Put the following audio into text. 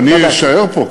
אני אשאר פה,